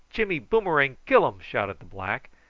jimmy boomerang killum! shouted the black,